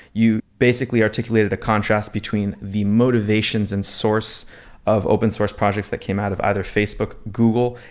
you basically articulated a contrast between the motivations and source of open source projects that came out of either facebook, google,